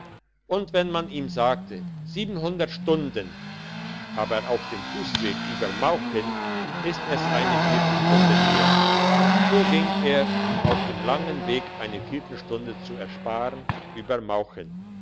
und wenn man ihm sagte siebenhundert stunden aber auf dem fussweg über mauchen ist es eine viertelstunde näher so ging er um auf dem langen weg eine viertelstunde zu ersparen über mauchen